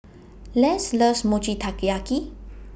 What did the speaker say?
Les loves Mochi Taiyaki